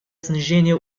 снижения